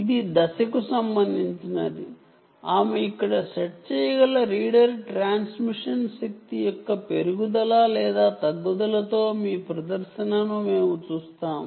ఇది ఫేజ్ కు సంబంధించి ఆమె ఇక్కడ సెట్ చేయగల రీడర్ ట్రాన్స్మిషన్ శక్తి యొక్క పెరుగుదల లేదా తగ్గుదలతో మీ ప్రదర్శనను మేము చూపిస్తాము